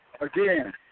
Again